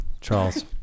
Charles